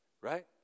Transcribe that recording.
right